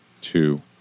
two